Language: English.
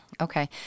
Okay